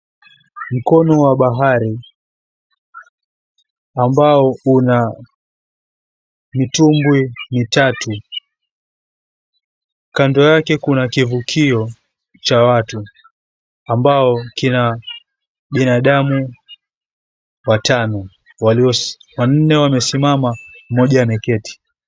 Mkono wa bahari, ambao una mitumbwi mitatu. Kando yake kuna kivukio cha watu ambao, kina binadamu watano walio wannne wamesimama mmoja ameketi.